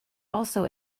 also